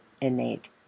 innate